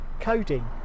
coding